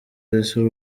isi